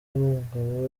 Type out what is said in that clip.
n’umugabo